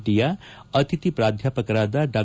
ಟಿಯ ಅತಿಥಿ ಪಾಧ್ಯಾಪಕರಾದ ಡಾ